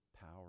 power